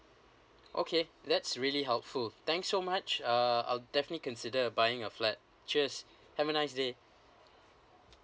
okay that's really helpful thank so much uh I'll definitely consider buying a flat just have a nice day